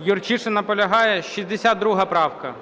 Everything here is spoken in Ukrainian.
Юрчишин наполягає. 62 правка.